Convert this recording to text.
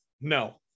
no